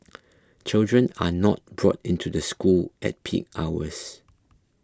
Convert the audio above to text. children are not brought into the school at peak hours